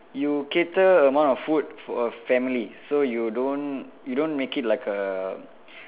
you cater amount of food for a family so you don't you don't make it like a